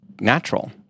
natural